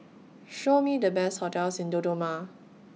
Show Me The Best hotels in Dodoma